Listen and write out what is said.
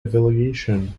evaluation